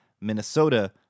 minnesota